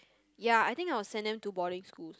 ya I think I will send them to boarding schools